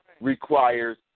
requires